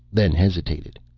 then hesitated.